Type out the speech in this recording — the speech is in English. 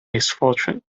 misfortune